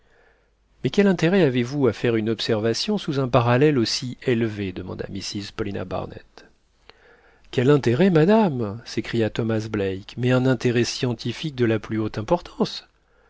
mais quel intérêt avez-vous à faire une observation sous un parallèle aussi élevé demanda mrs paulina barnett quel intérêt madame s'écria thomas black mais un intérêt scientifique de la plus haute importance